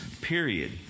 Period